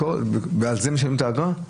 על זה משלמים את האגרה?